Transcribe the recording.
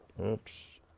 Oops